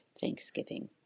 thanksgiving